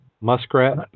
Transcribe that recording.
muskrat